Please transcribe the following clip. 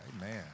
Amen